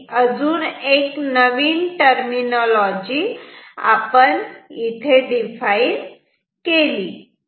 ही नवीन टरमिनोलॉजी आपण इथे डिफाइन केली